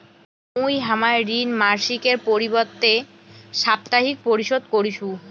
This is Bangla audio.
মুই হামার ঋণ মাসিকের পরিবর্তে সাপ্তাহিক পরিশোধ করিসু